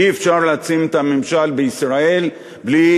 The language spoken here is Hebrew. אי-אפשר להעצים את הממשל בישראל בלי